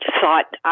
thought